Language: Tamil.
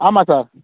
ஆமாம் சார்